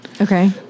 Okay